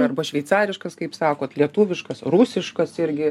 arba šveicariškas kaip sakot lietuviškas rusiškas irgi